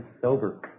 sober